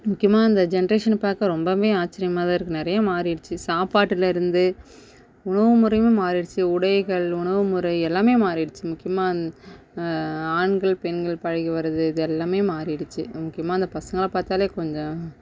முக்கியமாக இந்த ஜென்ரேஷனை பார்க்க ரொம்பவுமே ஆச்சரியமா தான் இருக்குது நிறையா மாறிடுச்சு சாப்பாட்டில் இருந்து உணவு முறையுமே மாறிடுச்சு உடைகள் உணவு முறை எல்லாமே மாறிடுச்சு முக்கியமாக இந்த ஆண்கள் பெண்கள் பழகி வரது இது எல்லாமே மாறிடுச்சு முக்கியமாக அந்த பசங்களை பார்த்தாலே கொஞ்சம்